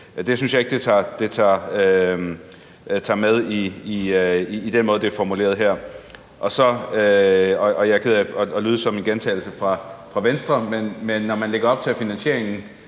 Det synes jeg ikke det tager med i den måde, det er formuleret på her. Jeg er ked af at lyde som en gentagelse af Venstre, men når man lægger op til, at finansieringen